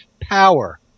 power